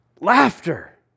laughter